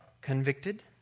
convicted